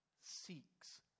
seeks